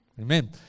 Amen